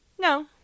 No